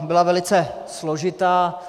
Byla velice složitá.